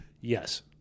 Yes